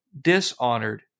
dishonored